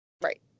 Right